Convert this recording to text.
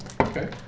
Okay